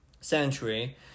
century